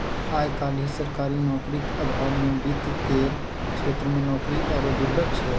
आय काल्हि सरकारी नौकरीक अभावमे वित्त केर क्षेत्रमे नौकरी आरो दुर्लभ छै